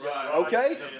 okay